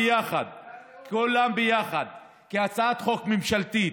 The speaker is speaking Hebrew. כולן יחד, כהצעת חוק ממשלתית.